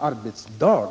arbetsdag!